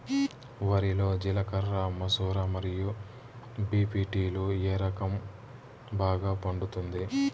వరి లో జిలకర మసూర మరియు బీ.పీ.టీ లు ఏ రకం బాగా పండుతుంది